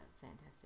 Fantastic